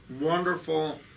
wonderful